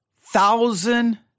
thousand